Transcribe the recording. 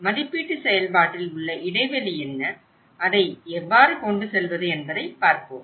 மதிப்பீட்டு செயல்பாட்டில் உள்ள இடைவெளி என்ன அதை எவ்வாறு கொண்டுசெல்வது என்பதை பார்ப்போம்